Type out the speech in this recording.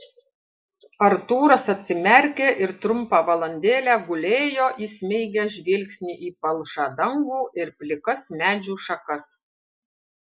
artūras atsimerkė ir trumpą valandėlę gulėjo įsmeigęs žvilgsnį į palšą dangų ir plikas medžių šakas